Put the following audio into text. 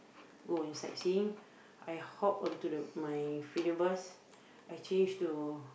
go on sightseeing I hop onto the my feeder bus I change to